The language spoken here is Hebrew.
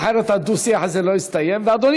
לומר